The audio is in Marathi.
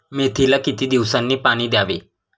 मेथीला किती दिवसांनी पाणी द्यावे?